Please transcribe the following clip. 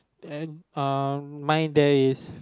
then um mine there is